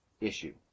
issue